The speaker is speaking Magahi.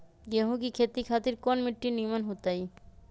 गेंहू की खेती खातिर कौन मिट्टी निमन हो ताई?